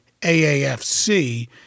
AAFC